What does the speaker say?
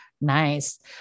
Nice